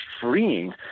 freeing